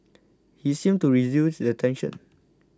he seemed to reduce the tension